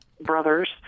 brothers